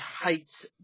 hates